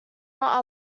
not